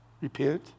Repent